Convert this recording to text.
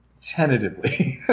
tentatively